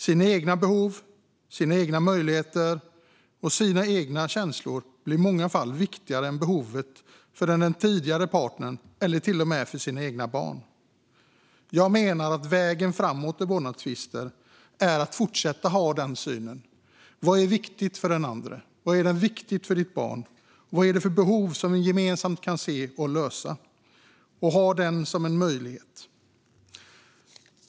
De egna behoven, de egna möjligheterna och de egna känslorna blir i många fall viktigare än den tidigare partnerns behov eller till och med de egna barnens behov. Jag menar att vägen framåt i vårdnadstvister är att fortsätta ha den synen - vad är viktigt för den andre, vad är viktigt för mitt barn och vad finns det för behov som vi gemensamt kan se och lösa och ha det som möjlighet.